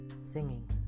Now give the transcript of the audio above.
singing